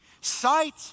Sight